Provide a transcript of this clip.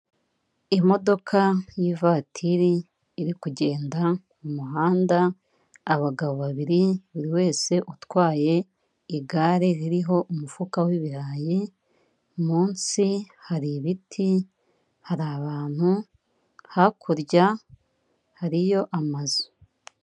Imodoka y'ivatiri iri kugenda mu muhanda, abagabo babiri buri wese utwaye igare ririho umufuka w'ibirayi, munsi hari ibiti, hari abantu, hakurya hariyo amazu.